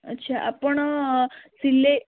ଆଚ୍ଛା ଆପଣ ସିଲେ